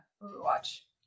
watch